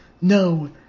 no